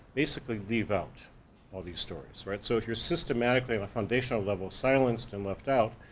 basically leave out all these stories, right, so if you're systematically in a foundational level silenced and left out,